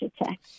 attack